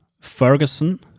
Ferguson